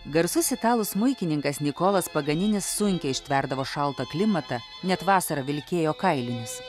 garsus italų smuikininkas nikolas paganinis sunkiai ištverdavo šaltą klimatą net vasarą vilkėjo kailinius